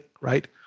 right